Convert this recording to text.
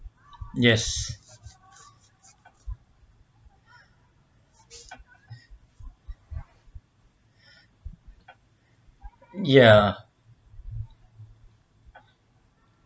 yes ya